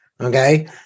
okay